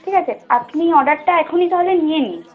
ঠিক আছে আপনি অর্ডারটা এখনই তাহলে নিয়ে নিন